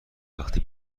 وقتی